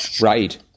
Right